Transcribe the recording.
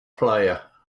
player